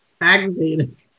aggravated